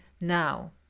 now